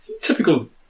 typical